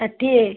ଷାଠିଏ